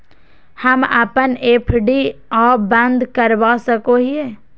हम अप्पन एफ.डी आ बंद करवा सको हियै